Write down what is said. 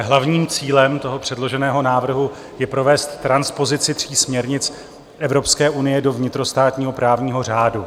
Hlavním cílem předloženého návrhu je provést transpozici tří směrnic Evropské unie do vnitrostátního právního řádu.